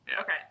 Okay